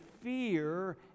fear